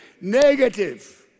negative